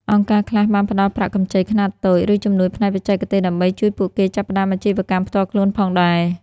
អង្គការខ្លះបានផ្តល់ប្រាក់កម្ចីខ្នាតតូច ឬជំនួយផ្នែកបច្ចេកទេសដើម្បីជួយពួកគេចាប់ផ្តើមអាជីវកម្មផ្ទាល់ខ្លួនផងដែរ។